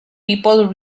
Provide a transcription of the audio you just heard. people